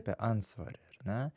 apie antsvorį ar ne